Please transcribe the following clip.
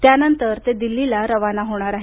त्या नंतर ते दिल्लीला रवाना होणार आहेत